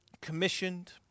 commissioned